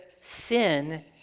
sin